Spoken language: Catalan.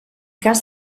cas